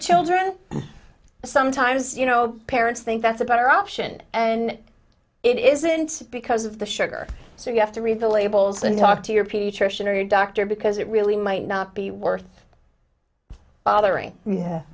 children sometimes you know parents think that's a better option and it isn't because of the sugar so you have to read the labels and talk to your pediatrician or your doctor because it really might not be worth bothering